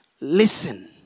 Listen